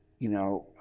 you know,